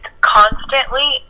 constantly